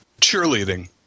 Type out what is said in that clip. cheerleading